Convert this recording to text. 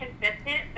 consistent